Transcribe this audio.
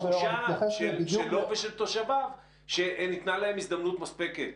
לתחושה שלו ושל תושביו שניתנה להם הזדמנות מספקת.